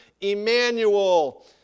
Emmanuel